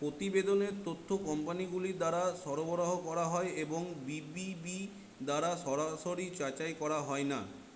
প্রতিবেদনের তথ্য কোম্পানিগুলি দ্বারা সরবরাহ করা হয় এবং বি বি বি দ্বারা সরাসরি যাচাই করা হয় না